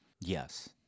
Yes